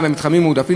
המפתח של 5/50,